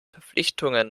verpflichtungen